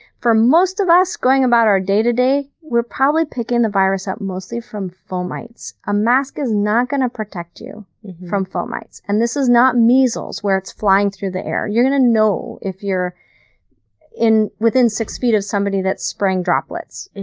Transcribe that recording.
for most of us going about our day-to-day, we're probably picking the virus up mostly from fomites. a mask is not going to protect you from fomites. and this is not measles where it's flying through the air. you're going to know if you're within six feet of somebody that's spraying droplets.